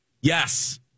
Yes